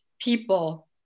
people